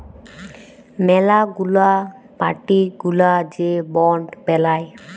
ম্যালা গুলা পার্টি গুলা যে বন্ড বেলায়